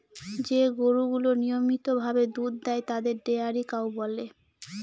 যে গরুগুলা নিয়মিত ভাবে দুধ দেয় তাদের ডেয়ারি কাউ বলে